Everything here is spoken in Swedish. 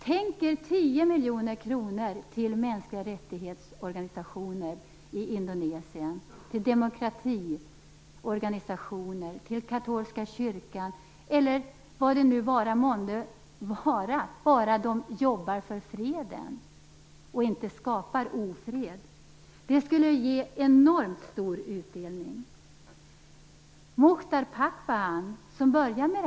Tänk er 10 miljoner kronor till organisationer för mänskliga rättigheter i Indonesien, till demokratiorganisationer, till katolska kyrkan eller vad det vara månde, bara de jobbar för freden och inte skapar ofred! Det skulle ge enormt stor utdelning.